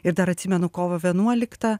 ir dar atsimenu kovo vienuoliktą